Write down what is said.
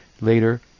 Later